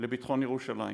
לביטחון ירושלים: